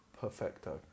Perfecto